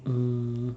mm